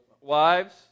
wives